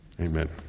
Amen